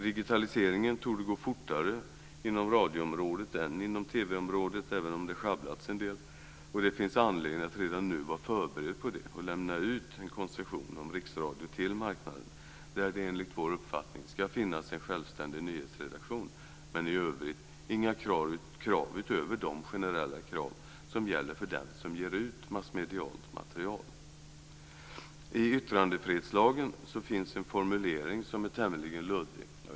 Digitaliseringen torde gå fortare inom radioområdet än inom TV-området även om det sjabblats en del. Och det finns anledning att redan nu vara förberedd på det och lämna ut en koncession om riksradio till marknaden, där det enligt vår uppfattning ska finnas en självständig nyhetsredaktion men i övrigt inga krav utöver de generella krav som gäller för den som ger ut massmedialt material. I yttrandefrihetsgrundlagen finns det en formulering som är tämligen luddig.